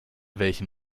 welchem